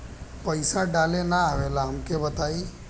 पईसा डाले ना आवेला हमका बताई?